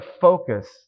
focus